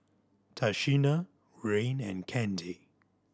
Tashina Rayne and Kandy